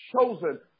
chosen